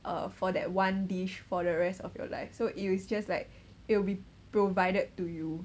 uh for that one dish for the rest of your life so it was just like it will be provided to you